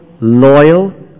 loyal